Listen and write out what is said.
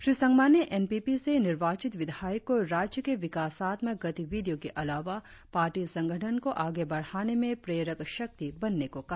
श्री संगमा ने N P P से निर्वाचित विधायक को राज्य के विकासात्मक गतिविधियों के अलावा पार्टी संगठन को आगे बढ़ाने में प्रेरक शक्ति बनने को कहा